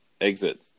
exit